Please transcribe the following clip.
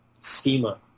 schema